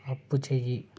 అప్పు చెయ్యి